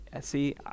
see